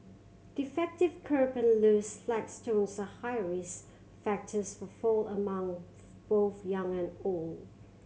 defective kerb and loose flagstones are high risk factors for fall among both young and old